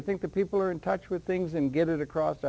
you think that people are in touch with things and get it across